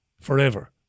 Forever